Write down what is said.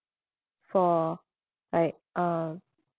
for like uh